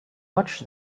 watch